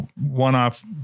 one-off